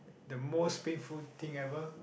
the most painful thing ever